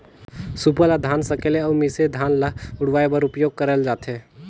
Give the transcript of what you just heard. सूपा ल धान सकेले अउ मिसे धान ल उड़वाए बर उपियोग करल जाथे